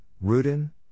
Rudin